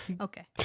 Okay